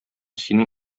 синең